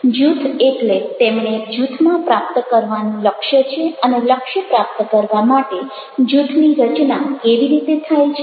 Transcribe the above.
જૂથ એટલે તેમણે જૂથમાં પ્રાપ્ત કરવાનું લક્ષ્ય છે અને લક્ષ્ય પ્રાપ્ત કરવા માટે જૂથની રચના કેવી રીતે થાય છે